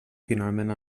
finalment